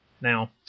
Now